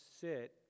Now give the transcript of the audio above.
sit